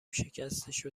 شکستشو